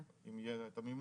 אם יהיה את המימון.